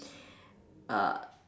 err